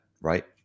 right